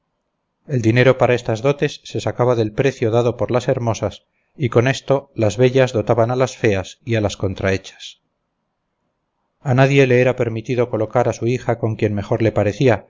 el dinero para estas dotes se sacaba del precio dado por las hermosas y con esto las bellas dotaban a las feas y a las contrahechas a nadie le era permitido colocar a su hija con quien mejor le parecía